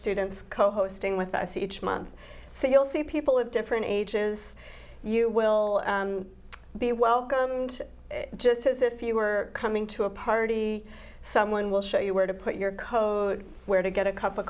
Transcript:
students co hosting with us each month so you'll see people of different ages you will be welcomed just as if you were coming to a party someone will show you where to put your code where to get a cup of